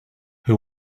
who